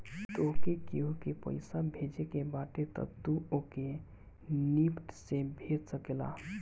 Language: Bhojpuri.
तोहके केहू के पईसा भेजे के बाटे तअ तू ओके निफ्ट से भेज सकेला